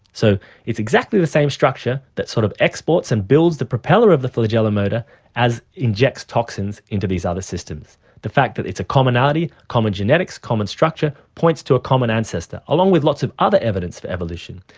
so it's exactly the same structure that sort of exports and builds the propeller of the flagellar motor as injects toxins into these other systems. the fact that it's a commonality, common genetics, common structure, points to a common ancestor, along with lots of other evidence for evolution.